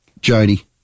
Jody